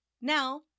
now